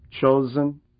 chosen